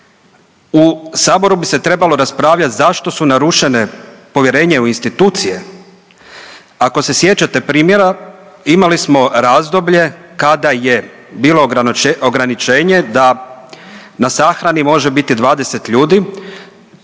U Saboru bi se trebalo raspravljati zašto su narušene povjerenje u institucije. Ako se sjećate primjera imali smo razdoblje kada je bilo ograničenje da na sahrani može biti 20 ljudi.